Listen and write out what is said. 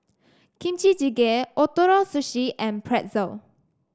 Kimchi Jjigae Ootoro Sushi and Pretzel